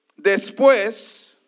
después